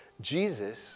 Jesus